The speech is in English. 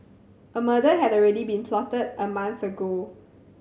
a murder had already been plotted a month ago